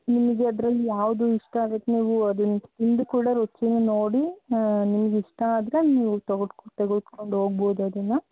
ನಿಮಗೆ ಅದರಲ್ಲಿ ಯಾವುದು ಇಷ್ಟ ಆಗತ್ತೋ ನೀವು ಅದನ್ನು ತಿಂದು ಕೂಡ ರುಚಿನ ನೋಡಿ ನಿಮಗೆ ಇಷ್ಟ ಆದರೆ ನೀವು ತೊಗದ್ ತೆಗೆದುಕೊಂಡು ಹೋಗಬಹುದು ಅದನ್ನು